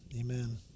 Amen